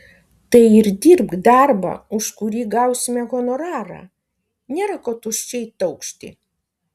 tai ir dirbk darbą už kurį gausime honorarą nėra ko tuščiai taukšti